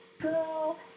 girl